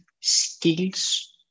skills